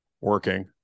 working